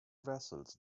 vessels